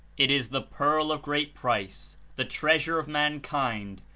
it is the pearl of great price, the treasure of mankind,